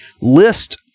list